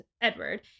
Edward